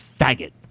faggot